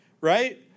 right